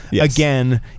Again